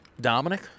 dominic